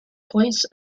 place